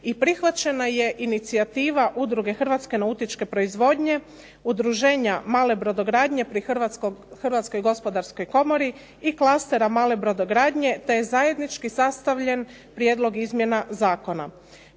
prihvaćena je inicijativa Udruge Hrvatske nautičke proizvodnje, udruženja "Male brodogradnje" pri Hrvatskoj gospodarskoj komori i klastera male brodogradnje, te je zajednički sastavljen prijedlog izmjena zakona.